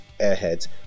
airheads